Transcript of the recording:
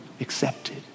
accepted